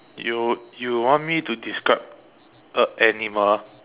you you want me to describe a animal